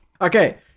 Okay